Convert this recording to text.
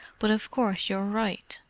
but of course you're right.